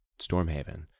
Stormhaven